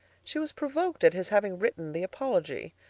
she was provoked at his having written the apology.